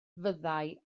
fyddai